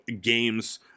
games